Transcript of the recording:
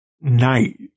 night